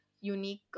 unique